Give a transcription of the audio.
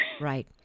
Right